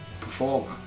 performer